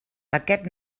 aquest